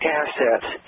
assets